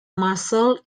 muscle